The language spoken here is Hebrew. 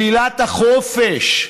שלילת החופש,